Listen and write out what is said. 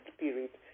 Spirit